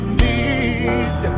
need